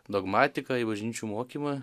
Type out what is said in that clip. dogmatiką į bažnyčių mokymą